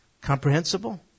Comprehensible